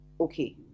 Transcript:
okay